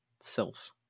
self